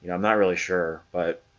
i'm not really sure but